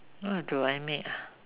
what do I make ah